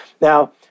Now